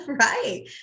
right